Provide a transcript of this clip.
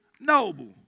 noble